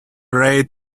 rate